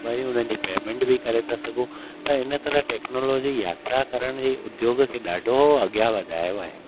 वरी उन्हनि जी पेमेंट बि करे था सघूं त इन तरह टेक्नोलॉजी आहे छाकाणि कि उद्योग खे ॾाढो अॻियां वधायो आहे